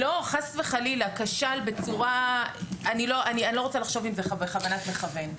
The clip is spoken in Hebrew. כשל בצורה שאני לא רוצה לחשוב אם זה בכוונת מכוון.